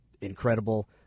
incredible